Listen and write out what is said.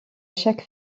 chaque